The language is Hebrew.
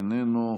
איננו,